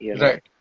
Right